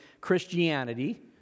Christianity